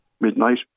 midnight